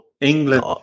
England